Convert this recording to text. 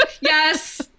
yes